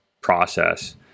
process